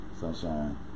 Sunshine